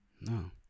No